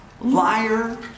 liar